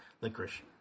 licorice